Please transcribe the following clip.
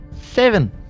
seven